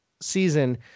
season